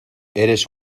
eres